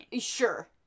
sure